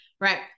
Right